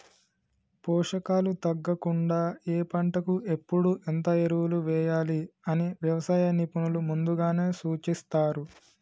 పోషకాలు తగ్గకుండా ఏ పంటకు ఎప్పుడు ఎంత ఎరువులు వేయాలి అని వ్యవసాయ నిపుణులు ముందుగానే సూచిస్తారు